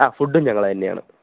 ആ ഫുഡും ഞങ്ങൾ തന്നെയാണ്